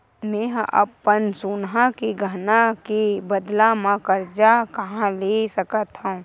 मेंहा अपन सोनहा के गहना के बदला मा कर्जा कहाँ ले सकथव?